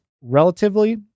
relatively